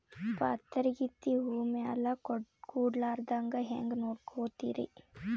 ಪಾತರಗಿತ್ತಿ ಹೂ ಮ್ಯಾಲ ಕೂಡಲಾರ್ದಂಗ ಹೇಂಗ ನೋಡಕೋತಿರಿ?